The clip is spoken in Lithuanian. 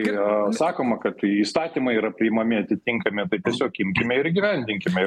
yra sakoma kad įstatymai yra priimami atitinkami tiesiog imkime ir įgyvendinkime